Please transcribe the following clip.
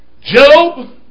Job